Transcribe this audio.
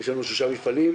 יש לנו שישה מפעלים,